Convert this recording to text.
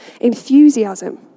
enthusiasm